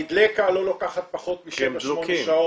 כי דלקה לא לוקחת פחות משבע-שמונה שעות,